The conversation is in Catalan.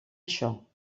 això